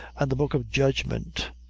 and the book of judgment.